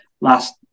last